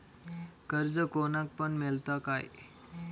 कर्ज कोणाक पण मेलता काय?